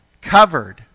covered